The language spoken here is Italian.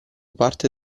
parte